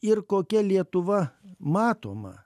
ir kokia lietuva matoma